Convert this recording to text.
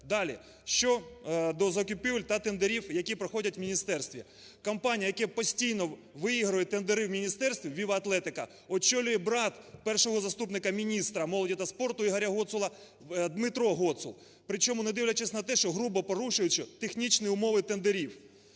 Далі. Щодо закупівель та тендерів, які проходять в міністерстві. Компанію, яка постійно виграє тендери в міністерстві, "Віва-атлетика" очолює брат першого заступника міністра молоді та спорту Ігоря Гоцула Дмитро Гоцул. Причому, не дивлячись на те, що грубо порушуючи технічні умови тендерів.